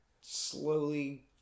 slowly